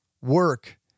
work